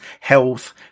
health